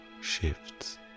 shifts